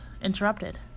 interrupted